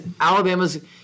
Alabama's –